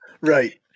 Right